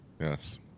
Yes